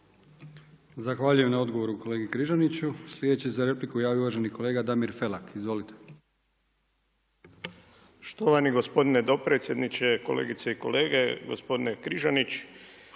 Zahvaljujem na odgovoru kolegi Križaniću. Sljedeći se za repliku javio uvaženi kolega Damir Felak, izvolite. **Felak, Damir (HDZ)** Štovani gospodine dopredsjedniče, kolegice i kolege, gospodine Križanić.